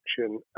action